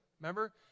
Remember